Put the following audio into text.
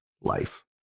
life